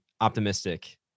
optimistic